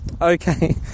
okay